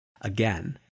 again